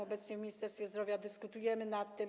Obecnie w Ministerstwie Zdrowia dyskutujemy nad tym.